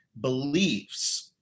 beliefs